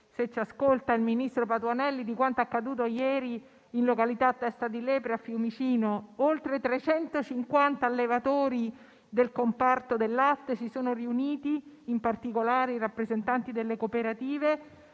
se ci ascolta, il ministro Patuanelli di quanto accaduto ieri in località Testa di Lepre a Fiumicino: oltre 350 allevatori del comparto del latte, in particolare i rappresentanti delle cooperative,